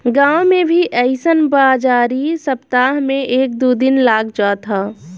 गांव में भी अइसन बाजारी सप्ताह में एक दू दिन लाग जात ह